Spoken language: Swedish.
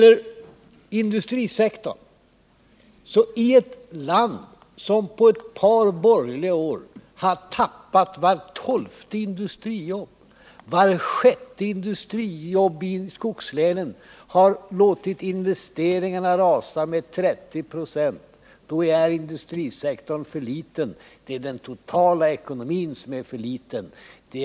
Ett land, som under ett par borgerliga års styre har tappat vart tolfte industrijobb, varav vart sjätte i skogslänen, och som har låtit investeringarna rasa med 30 96, har en industrisektor som är alldeles för liten.